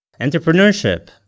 Entrepreneurship